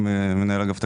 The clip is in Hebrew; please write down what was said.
מנהל אגף תקציבים,